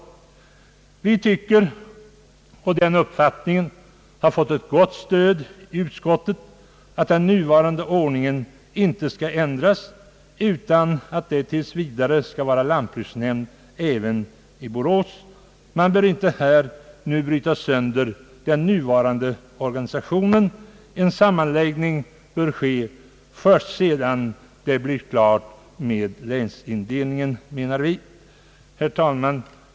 Jag tycker — och den uppfattningen har fått ett gott stöd i utskottet — att den nuvarande ordningen inte skall ändras utan att det tills vidare skall finnas lantbruksnämnd även i Borås. Man bör inte bryta sönder den nuvarande organisationen. En sammanläggning bör ske först sedan det blir klart med länsindelningen. Herr talman!